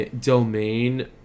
domain